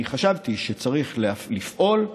אני חשבתי שצריך לפעול,